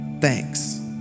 Thanks